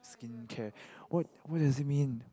skin care what what does it mean